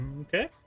okay